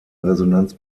resonanz